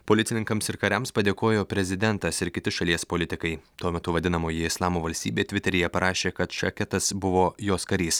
policininkams ir kariams padėkojo prezidentas ir kiti šalies politikai tuo metu vadinamoji islamo valstybė tviteryje parašė kad šaketas buvo jos karys